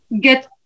get